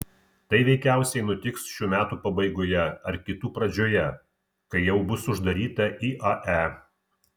tai veikiausiai nutiks šių metų pabaigoje ar kitų pradžioje kai jau bus uždaryta iae